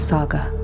Saga